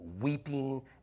weeping